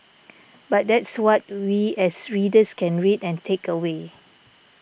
but that's what we as readers can read and take away